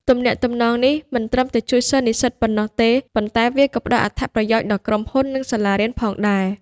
ទំនាក់ទំនងនេះមិនត្រឹមតែជួយសិស្សនិស្សិតប៉ុណ្ណោះទេ ប៉ុន្តែវាក៏ផ្តល់អត្ថប្រយោជន៍ដល់ក្រុមហ៊ុន និងសាលារៀនផងដែរ។